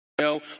no